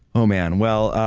oh man, well